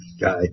guy